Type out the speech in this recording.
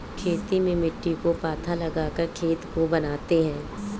खेती में मिट्टी को पाथा लगाकर खेत को बनाते हैं?